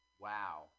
Wow